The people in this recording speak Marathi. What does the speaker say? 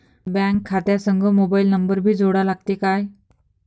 बँक खात्या संग मोबाईल नंबर भी जोडा लागते काय?